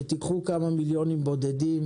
שתיקחו כמה מיליונים בודדים,